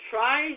Try